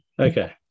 okay